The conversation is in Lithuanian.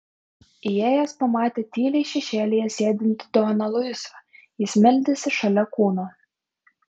įėjęs pamatė tyliai šešėlyje sėdintį doną luisą jis meldėsi šalia kūno